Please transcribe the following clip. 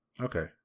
Okay